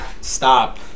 Stop